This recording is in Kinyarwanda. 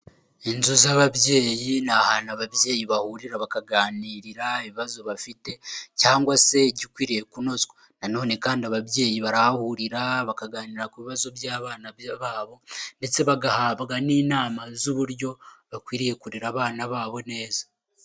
Inzu z'ababyeyi ni ahantu ababyeyi bahurira bakaganirarira ibibazo bafite cyangwa se igikwiriye kunozwa, na none kandi ababyeyi barahahurira bakaganira ku bibazo by'abana babo ndetse bagahabwa n'inama z'uburyo bakwiriye kurera abana babo neza.